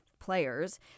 players